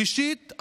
שלישית,